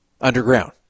underground